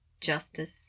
justice